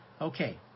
Okay